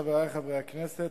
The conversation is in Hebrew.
חברי חברי הכנסת,